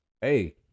Hey